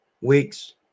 weeks